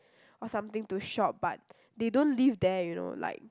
or something to shop but they don't live there you know like